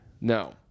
No